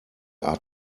are